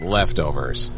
Leftovers